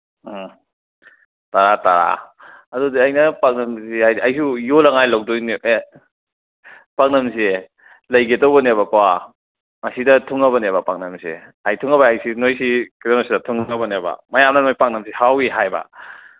ꯑꯥ ꯇꯔꯥ ꯇꯔꯥ ꯑꯗꯨꯗꯤ ꯑꯩꯅ ꯄꯥꯛꯅꯝꯁꯤ ꯍꯥꯏꯗꯤ ꯑꯩꯁꯨ ꯌꯣꯟꯅꯉꯥꯏ ꯂꯧꯗꯣꯏꯅꯦ ꯑꯦ ꯄꯥꯛꯅꯝꯁꯦ ꯂꯩꯒꯦ ꯇꯧꯕꯅꯦꯕꯀꯣ ꯑꯁꯤꯗ ꯊꯨꯡꯉꯕꯅꯦꯕ ꯄꯥꯛꯅꯝꯁꯦ ꯍꯥꯏ ꯊꯨꯡꯉꯕ ꯍꯥꯏꯁꯤ ꯅꯣꯏꯁꯤ ꯀꯩꯅꯣꯁꯤꯗ ꯊꯨꯡꯉꯕꯅꯦꯕ ꯃꯌꯥꯝꯅ ꯅꯣꯏ ꯄꯥꯛꯅꯝꯁꯦ ꯍꯥꯎꯋꯦ ꯍꯥꯏꯕ